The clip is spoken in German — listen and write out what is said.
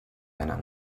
einer